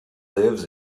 lives